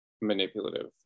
manipulative